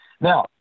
Now